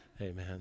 Amen